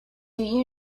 you